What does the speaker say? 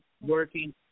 Working